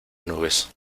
nubes